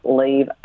leave